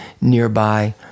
nearby